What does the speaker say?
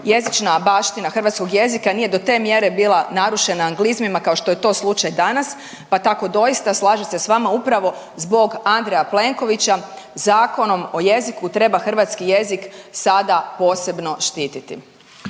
jezična baština hrvatskog jezika nije do te mjere bila narušena anglizmima kao što je to slučaj danas, pa tako doista slažem se s vama, upravo zbog Andreja Plenkovića Zakonom o jeziku treba hrvatski jezik sada posebno štititi.